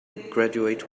graduate